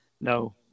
No